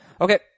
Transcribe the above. Okay